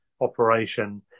operation